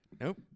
Nope